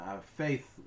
faith